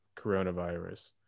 coronavirus